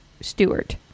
stewart